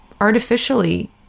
artificially